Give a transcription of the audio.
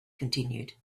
continued